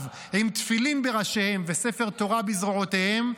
עם תפילין בראשיהם וספר תורה בזרועותיהם,